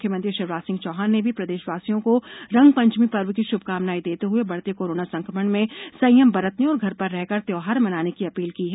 मुख्मयंत्री शिवराज सिंह चौहान ने भी प्रदेश वासियों को रंगपंचमी पर्व की शुभकामनाएं देते हुए बढ़ते कोरोना संक्रमण में संयम बरतने और घर पर रहकर त्यौहार मनाने की अपील की है